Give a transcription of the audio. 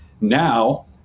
Now